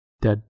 Dead